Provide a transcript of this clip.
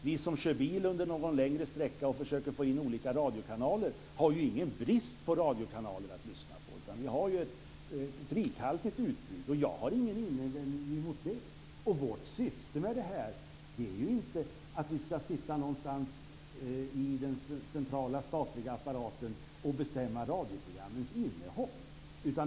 Vi som kör bil längre sträckor och försöker få in olika radiokanaler har ju ingen brist på radiokanaler att lyssna på. Vi har ett rikhaltigt utbud, och jag har ingen invändning emot det. Vårt syfte med detta är ju inte att vi skall sitta någonstans i den centrala statliga apparaten och bestämma radioprogrammens innehåll.